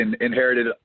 inherited